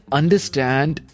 understand